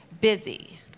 busy